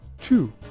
Two